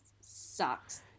sucks